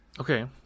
Okay